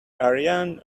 ariane